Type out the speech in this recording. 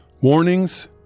warnings